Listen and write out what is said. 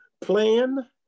plan